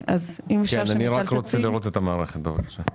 כן, אני רק רוצה לראות את המערכת בבקשה.